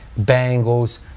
Bengals